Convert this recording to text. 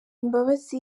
imbabazi